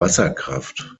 wasserkraft